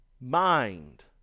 mind